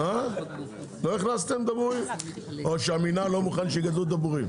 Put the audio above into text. או שהמינהל לא מוכן שיגדלו דבורים?